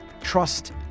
trust